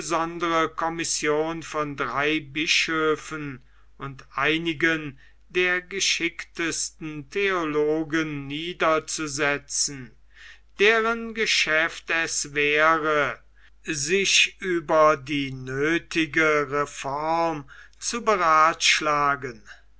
besondere commission von drei bischöfen und einigen der geschicktesten theologen niederzusetzen deren geschäft es wäre sich über die nöthige reform zu berathschlagen